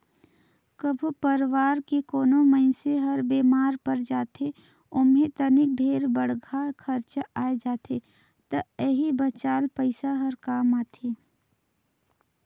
कभो परवार के कोनो मइनसे हर बेमार पर जाथे ओम्हे तनिक ढेरे बड़खा खरचा आये जाथे त एही बचाल पइसा हर काम आथे